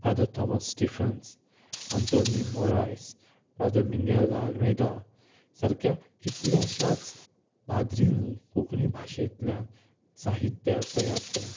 father Thomas Stephens Antonio Moraes Father Miguel de Almeida सारक्या कितल्याश्याच पाद्रींनी कोंकणी भाशेंतल्यान साहित्य तयार केलें